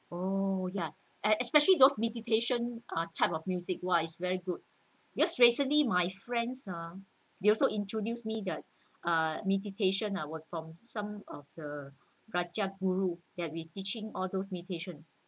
oh ya and especially those meditation uh type of music !wah! is very good just recently my friends ah they also introduce me that uh meditation ah were from some of the rajah guru that be teaching all those meditation